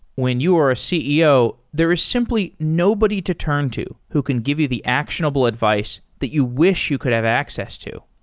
when you are a ceo, there is simply nobody to turn to who can give you the actionable advice that you wish you could have access to.